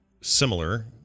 similar